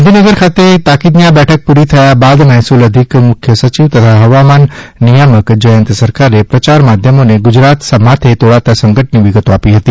ગાંધીનગર ખાતે તાકીદની આ બેઠક પુરી થયા બાદ મહેસૂલ અધિક મુખ્ય સયિવ તથા હવામાન નિયામક જયંત સરકારે પ્રચાર માધ્યમોને ગુજરાત માથે તોળાતા સંકટની વિગતો આપી હતી